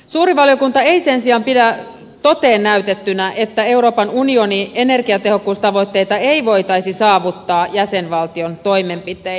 suuri valiokunta ei sen sijaan pidä toteen näytettynä että euroopan unionin energiatehokkuustavoitteita ei voitaisi saavuttaa jäsenvaltion toimenpitein